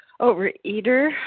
Overeater